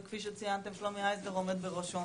וכפי שציינתם שלומי הייזלר עומד בראשו.